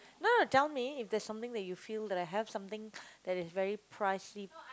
no no tell me if there's something that you feel that I have something that is very pricey